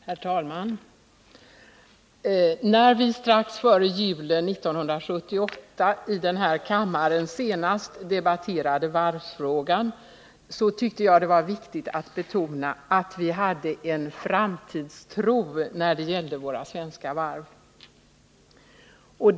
Herr talman! När vi strax före julen 1978 i den här kammaren senast debatterade varvsfrågan, tyckte jag det var viktigt att betona att vi hade en framtidstro när det gällde våra svenska varv.